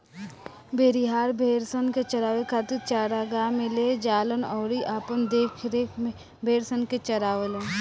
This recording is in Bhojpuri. भेड़िहार, भेड़सन के चरावे खातिर चरागाह में ले जालन अउरी अपना देखरेख में भेड़सन के चारावेलन